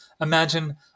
Imagine